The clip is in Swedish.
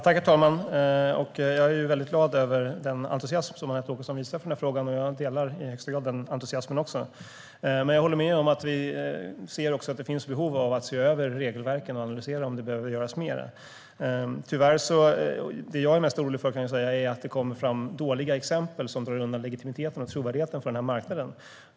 Herr talman! Jag är mycket glad över den entusiasm som Anette Åkesson visar för denna fråga, och jag delar i högsta grad denna entusiasm. Men jag håller med om att vi också ser att det finns behov av att se över regelverken och analysera om det behöver göras mer. Det som jag är mest orolig för är att det tyvärr kommer fram dåliga exempel som drar undan legitimiteten och trovärdigheten för denna marknad.